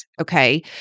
Okay